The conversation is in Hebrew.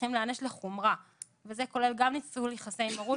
צריכים להיענש לחומרה וזה כולל גם ניצול יחסי מרות,